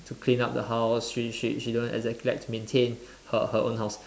to clean up the house she she she don't exactly like to maintain her her own house